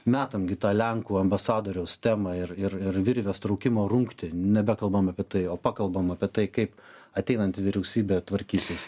metam gi tą lenkų ambasadoriaus temą ir ir ir virvės traukimo rungtį nebekalbam apie tai o pakalbam apie tai kaip ateinanti vyriausybė tvarkysis